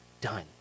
done